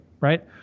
Right